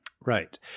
right